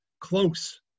close